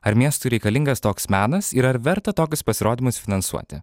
ar miestui reikalingas toks menas ir ar verta tokius pasirodymus finansuoti